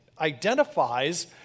identifies